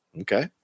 Okay